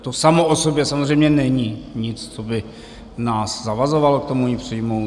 To samo o sobě samozřejmě není nic, co by nás zavazovalo k tomu ji přijmout.